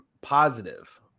positive